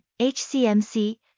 HCMC